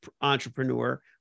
entrepreneur